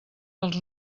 dels